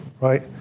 right